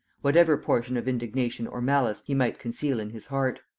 whatever portion of indignation or malice he might conceal in his heart.